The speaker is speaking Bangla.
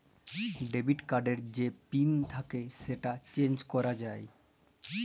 ডেবিট কার্ড এর যে পিল থাক্যে সেটা চেঞ্জ ক্যরা যায়